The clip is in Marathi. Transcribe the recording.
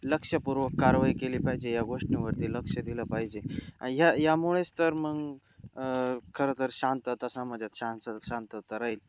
लक्षपूर्वक कारवाई केली पाहिजे या गोष्टींवरती लक्षं दिलं पाहिजे ह्या यामुळेच तर मग खरंतर शांतता समाजात शांत शांतता राईल